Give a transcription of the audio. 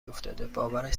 افتاده، باورش